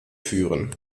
führen